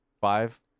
five